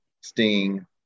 Sting